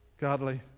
godly